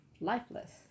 lifeless